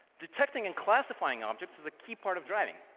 detecting and classifying objects is a key part of driving.